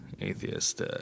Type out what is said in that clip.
atheist